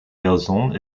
version